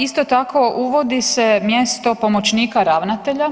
Isto tako uvodi se mjesto pomoćnika ravnatelja